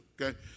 okay